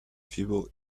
feebly